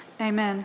Amen